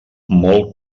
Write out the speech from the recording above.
molt